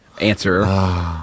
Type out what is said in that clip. Answer